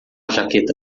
jaqueta